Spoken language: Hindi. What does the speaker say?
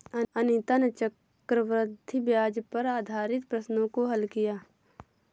अनीता ने चक्रवृद्धि ब्याज पर आधारित प्रश्नों को हल किया